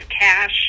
cash